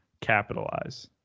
capitalize